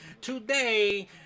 Today